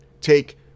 take